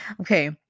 Okay